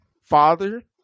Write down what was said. father